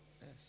Yes